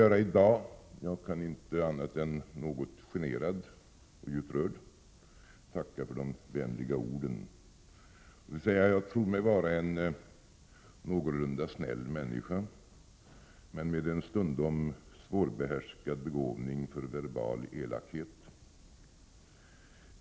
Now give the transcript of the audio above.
I dag kan jag inte annat än något generad och djupt rörd tacka för de vänliga orden. Jag tror mig vara en någorlunda snäll människa — men med en stundom svårbehärskad begåvning för verbal elakhet.